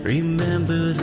Remember